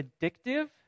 addictive